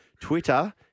Twitter